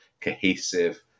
cohesive